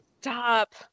Stop